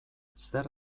zer